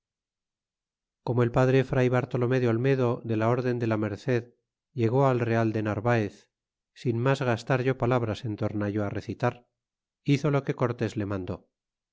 como el padre fray bartolome olmedo de la orden de la merced llegó al real de narvaez sin mas gastar yo palabras en tornallo recitar hizo lo que cortés le mandó